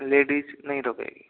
ladies नहीं रुकेगी